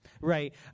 Right